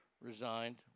resigned